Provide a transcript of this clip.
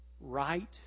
right